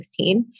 2016